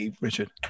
Richard